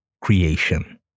creation